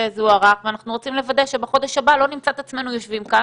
זה הוארך ואנחנו רוצים לוודא שבחודש הבא לא נמצא את עצמנו יושבים כאן